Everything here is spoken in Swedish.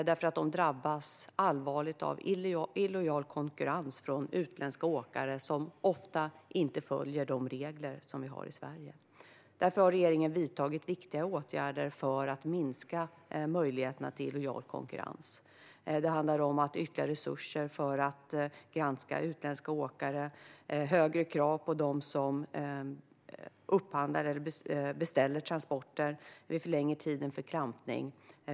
De drabbas allvarligt av illojal konkurrens från utländska åkare, som ofta inte följer de regler som vi har i Sverige. Därför har regeringen vidtagit viktiga åtgärder för att minska möjligheterna till illojal konkurrens. Det handlar om ytterligare resurser för att granska utländska åkare och högre krav på dem som upphandlar eller beställer transporter, och vi förlänger tiden för klampning.